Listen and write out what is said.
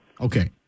Okay